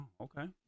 Okay